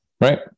Right